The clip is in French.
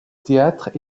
théâtre